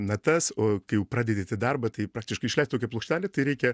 natas o kai jau pradedi eit į darbą tai praktiškai išleist tokią plokštelę tai reikia